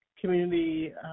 community